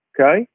okay